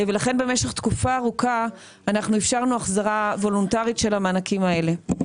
ולכן במשך תקופה ארוכה אפשרנו החזרה וולונטרית של המענקים האלה.